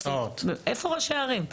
איפה ראשי הערים?